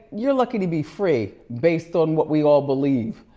you're lucky to be free based on what we all believe,